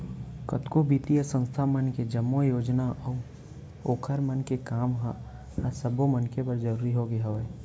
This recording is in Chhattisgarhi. कतको बित्तीय संस्था मन के जम्मो योजना अऊ ओखर मन के काम ह आज सब्बो मनखे बर जरुरी होगे हवय